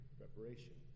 preparation